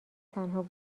تنها